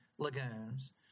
Lagoons